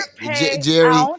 jerry